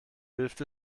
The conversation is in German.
hilft